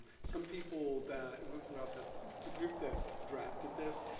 some people that. well, the group that drafted this,